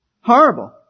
Horrible